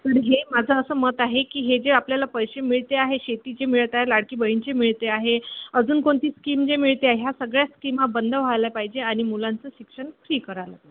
पण हे माझं असं मत आहे की हे जे आपल्याला पैसे मिळते आहे शेतीचे मिळतं आहे लाडकी बहिणीचे मिळते आहे अजून कोणती स्कीम जे मिळते आहे ह्या सगळ्या स्कीमा बंद व्हायला पाहिजे आणि मुलांचं शिक्षण फ्री करायला पाहिजे